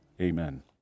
Amen